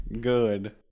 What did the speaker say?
Good